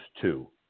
two